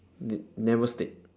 n~ never state